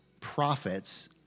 prophets